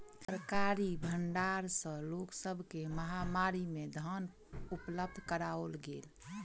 सरकारी भण्डार सॅ लोक सब के महामारी में धान उपलब्ध कराओल गेल